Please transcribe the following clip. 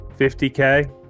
50k